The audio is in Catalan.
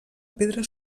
pedra